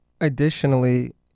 Additionally